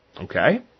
Okay